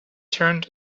turned